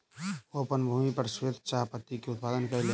ओ अपन भूमि पर श्वेत चाह पत्ती के उत्पादन कयलैन